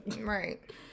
Right